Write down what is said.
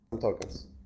tokens